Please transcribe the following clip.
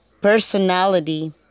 personality